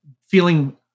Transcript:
feeling